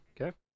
Okay